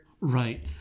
Right